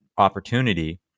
opportunity